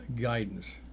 guidance